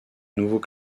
nouveau